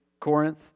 Corinth